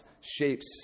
shapes